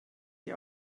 die